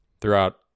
throughout